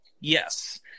yes